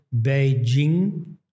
Beijing